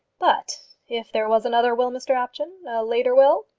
but if there was another will, mr apjohn a later will?